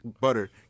butter